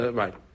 right